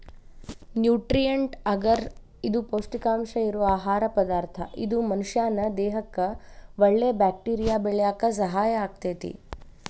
nutrient ಅಗರ್ ಇದು ಪೌಷ್ಟಿಕಾಂಶ ಇರೋ ಆಹಾರ ಪದಾರ್ಥ ಇದು ಮನಷ್ಯಾನ ದೇಹಕ್ಕಒಳ್ಳೆ ಬ್ಯಾಕ್ಟೇರಿಯಾ ಬೆಳ್ಯಾಕ ಸಹಾಯ ಆಗ್ತೇತಿ